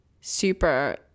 super